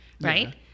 right